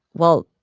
well,